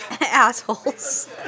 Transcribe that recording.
Assholes